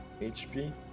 hp